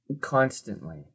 constantly